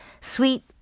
sweet